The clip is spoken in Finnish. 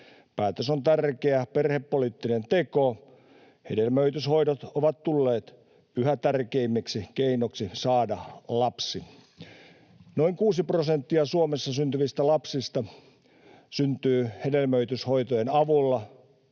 Päätös on tärkeä perhepoliittinen teko. Hedelmöityshoidot ovat tulleet yhä tärkeämmiksi keinoksi saada lapsi. Noin 6 prosenttia Suomessa syntyvistä lapsista syntyy hedelmöityshoitojen avulla,